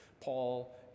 Paul